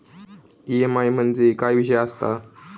EMI म्हणजे काय विषय आसता?